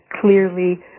clearly